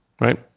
right